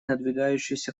надвигающуюся